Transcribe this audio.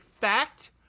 Fact